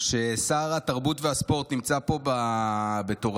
ששר התרבות והספורט נמצא פה בתורנות,